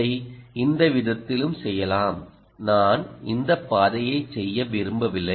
இதை இந்த விதத்திலும் செய்யலாம் நான் இந்த பாதையைச் செய்ய விரும்பவில்லை